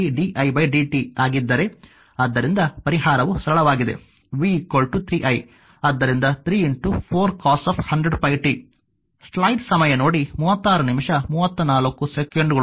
ಆದ್ದರಿಂದ ಪರಿಹಾರವು ಸರಳವಾಗಿದೆ v 3i ಆದ್ದರಿಂದ 3 4 cos 100πt